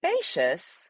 spacious